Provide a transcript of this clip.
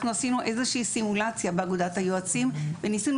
אנחנו עשינו איזושהי סימולציה באגודת היועצים וניסינו